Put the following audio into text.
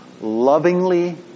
lovingly